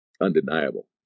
undeniable